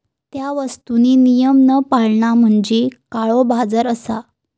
त्या वस्तुंनी नियम न पाळणा म्हणजे काळोबाजार असा